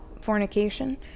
fornication